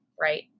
Right